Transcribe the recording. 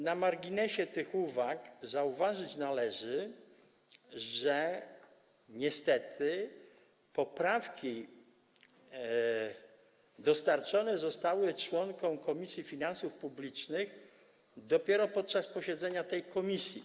Na marginesie tych uwag zauważyć należy, że niestety poprawki dostarczone zostały członkom Komisji Finansów Publicznych dopiero podczas posiedzenia tej komisji.